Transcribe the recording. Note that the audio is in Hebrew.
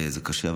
זה קשה,